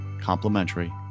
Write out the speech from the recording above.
complimentary